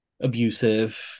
abusive